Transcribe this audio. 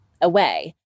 away